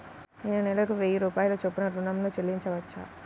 నేను నెలకు వెయ్యి రూపాయల చొప్పున ఋణం ను చెల్లించవచ్చా?